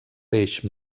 peix